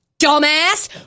dumbass